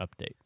update